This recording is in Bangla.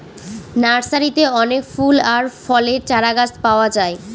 নার্সারিতে অনেক ফুল আর ফলের চারাগাছ পাওয়া যায়